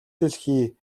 дэлхий